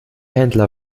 händler